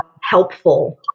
helpful